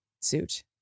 suit